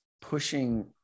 pushing